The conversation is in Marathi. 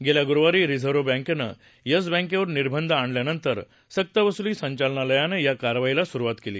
गेल्या गुरुवारी रिझर्व्ह बँकेनं येस बँकेवर निर्बंध आणल्यानंतर सक्तवसुली संचालनालयानं या कारवाईला सुरुवात केली